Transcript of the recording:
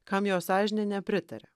kam jo sąžinė nepritaria